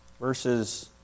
verses